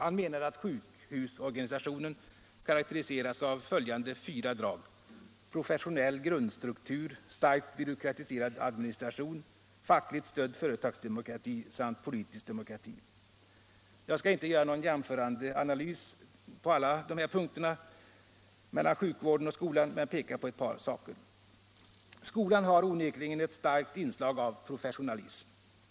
Han menade att sjukhusorganisationen karakteriseras av följande fyra drag: professionell grundstruktur, starkt byråkratiserad administration, fackligt stödd företagsdemokrati samt politisk demokrati. Jag skall inte göra någon jämförande analys mellan sjukvården och skolan på alla dessa punkter men vill peka på ett par saker. Skolan har onekligen ett starkt inslag av professionalism.